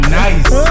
nice